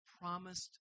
promised